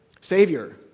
Savior